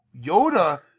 Yoda